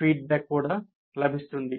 feedback కూడా లభిస్తుంది